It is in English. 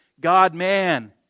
God-man